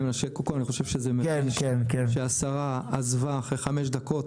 אני חושב שזה מביש שהשרה עזבה אחרי 5 דקות.